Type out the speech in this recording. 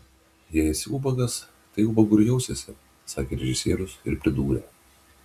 jei esi ubagas tai ubagu ir jausiesi sakė režisierius ir pridūrė